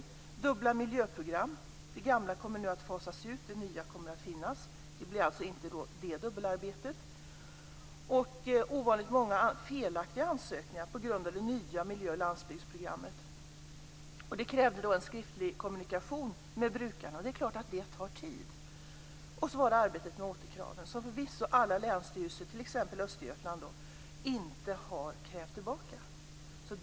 Det är dubbla miljöprogram. Det gamla kommer nu att fasas ut och det nya kommer att finnas. Det blir alltså inte det dubbelarbetet. Det är fråga om ovanligt många felaktiga ansökningar på grund av det nya miljö och landsbygdsprogrammet. Det har krävt en skriftlig kommunikation med brukarna, och det är klart att sådant tar tid. Sedan var det arbetet med återkraven. Vissa länsstyrelser, t.ex. Östergötland, har inte krävt något tillbaka.